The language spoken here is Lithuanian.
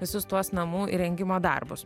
visus tuos namų įrengimo darbus